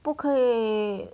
不可以